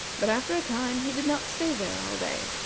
but after a time he did not stay there all day.